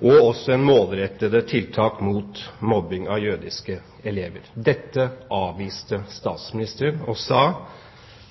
og også målrettede tiltak mot mobbing av jødiske elever. Dette avviste statsministeren og sa